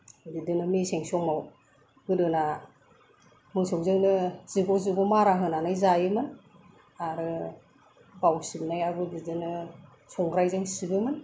बिदिनो मेसें समाव गोदोना मोसौजोंनो जिग' जिग' मारा होनानै जायोमोन आरो बाव सिबनायाबो बिदिनो संग्रायजों सिबोमोन